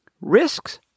risks